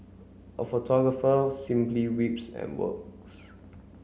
a photographer simply weeps and works